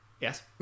Yes